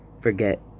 forget